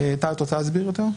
טליה, את רוצה להסביר יותר?